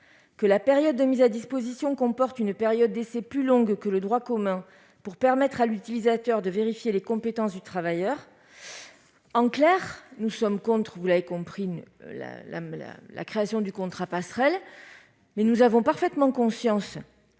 que la période de mise à disposition comporte une période d'essai plus longue que celle que prévoit le droit commun, pour permettre à l'utilisateur de vérifier les compétences du travailleur. Vous l'avez compris, mes chers collègues : nous sommes contre la création du contrat passerelle, mais nous avons parfaitement conscience